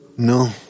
No